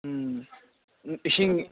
ꯎꯝ ꯎꯝ ꯏꯁꯤꯡ